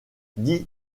dix